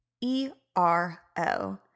E-R-O